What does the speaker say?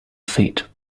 fit